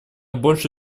больше